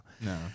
No